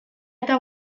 eta